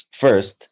first